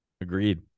Agreed